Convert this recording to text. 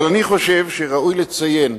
אבל אני חושב שראוי לציין,